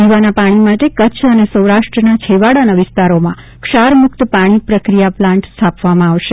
પીવાના પાક઼ી માટે કચ્છ અને સૌરાષ્ટ્રના છેવાડાના વિસ્તારોમાં ક્ષારમુક્ત પાક઼ી પ્રકિયા પ્લાન્ટ સ્થાપવામાં આવશે